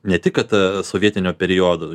ne tik kad sovietinio periodo